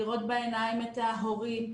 לראות בעיניים את ההורים.